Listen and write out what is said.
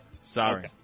Sorry